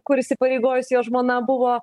kur įsipareigojus jo žmona buvo